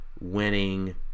winning